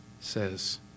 says